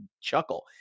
chuckle